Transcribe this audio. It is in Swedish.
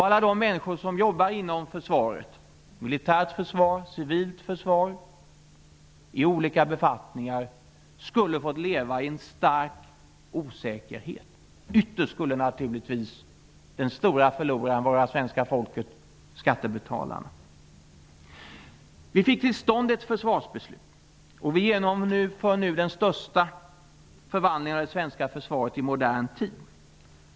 Alla de människor som jobbar inom försvaret, militärt försvar och civilt försvar, i olika befattningar skulle ha fått leva i en stark osäkerhet. Ytterst skulle naturligtvis den stora förloraren ha varit svenska folket, skattebetalarna. Vi fick till stånd ett försvarsbeslut, och vi genomför nu den största förvandlingen av det svenska försvaret i modern tid.